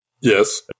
yes